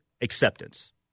acceptance